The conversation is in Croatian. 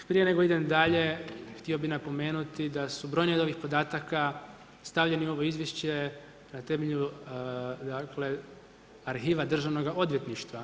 Prije nego idem dalje, htio bih napomenuti da su brojni od ovih podataka stavljeni u ovo izvješće na temelju arhiva državnog odvjetništva.